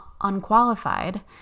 unqualified